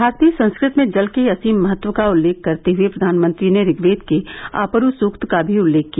भारतीय संस्कृति में जल के असीम महत्व का उल्लेख करते हए प्रधानमंत्री ने ऋग्वेद के आपरू सुक्त का भी उल्लेख किया